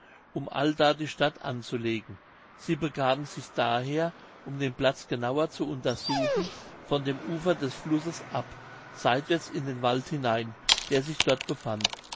um allda die stadt anzulegen sie begaben sich daher um den platz genauer zu untersuchen von dem ufer des flusses ab seitwärts in den wald hinein der sich dort befand